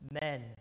men